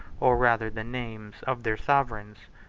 or rather the names, of their sovereigns,